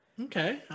Okay